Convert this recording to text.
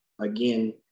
again